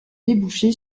débouché